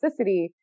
toxicity